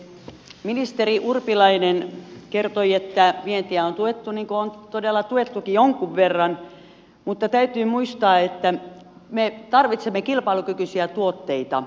ministeri urpilainen kertoi että vientiä on tuettu niin kuin on todella tuettukin jonkun verran mutta täytyy muistaa että me tarvitsemme kilpailukykyisiä tuotteita